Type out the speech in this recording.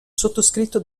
sottoscritto